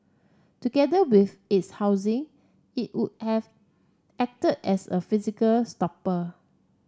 together with its housing it would have acted as a physical stopper